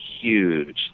huge